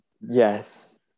yes